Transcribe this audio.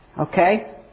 okay